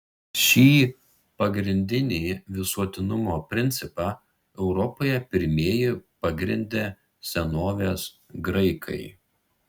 šį pagrindinį visuotinumo principą europoje pirmieji pagrindė senovės graikai